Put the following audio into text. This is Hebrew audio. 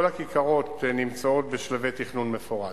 כל הכיכרות נמצאות בשלבי תכנון מפורט.